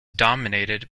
dominated